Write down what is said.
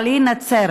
אבל היא נצֶרת.